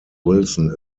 wilson